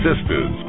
Sisters